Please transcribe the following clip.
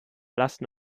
lasten